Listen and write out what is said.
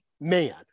man